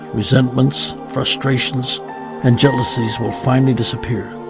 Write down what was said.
resentments, frustrations and jealousies will finally disappear.